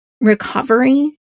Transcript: recovery